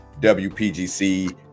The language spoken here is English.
WPGC